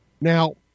Now